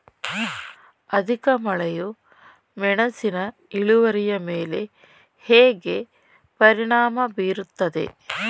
ಅಧಿಕ ಮಳೆಯು ಮೆಣಸಿನ ಇಳುವರಿಯ ಮೇಲೆ ಹೇಗೆ ಪರಿಣಾಮ ಬೀರುತ್ತದೆ?